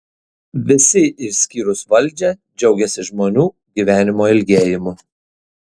visi išskyrus valdžią džiaugiasi žmonių gyvenimo ilgėjimu